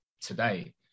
today